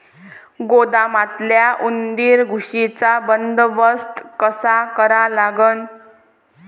गोदामातल्या उंदीर, घुशीचा बंदोबस्त कसा करा लागन?